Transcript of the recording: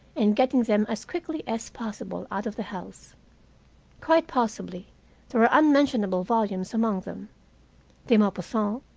and getting them as quickly as possible out of the house quite possibly there were unmentionable volumes among them de maupassant,